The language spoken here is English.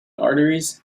arteries